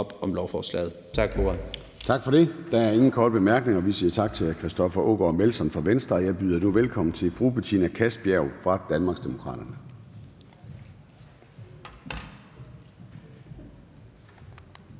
Tak for det. Der er ingen korte bemærkninger. Vi siger tak til hr. Christoffer Aagaard Melson fra Venstre, og jeg byder nu velkommen til fru Betina Kastbjerg fra Danmarksdemokraterne.